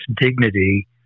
dignity